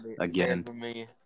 Again